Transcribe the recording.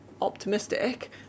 optimistic